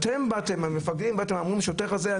אתם באים ואמרתם על שוטרים: השוטר הזה,